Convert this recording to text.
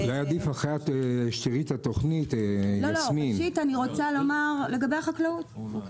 סגן שר החקלאות ופיתוח הכפר משה אבוטבול: